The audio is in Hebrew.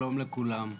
שלום לכולם,